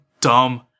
dumb